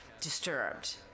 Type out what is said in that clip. disturbed